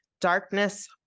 darkness